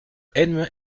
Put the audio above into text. edme